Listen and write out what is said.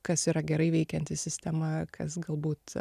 kas yra gerai veikianti sistema kas galbūt